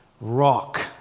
Rock